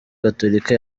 gatolika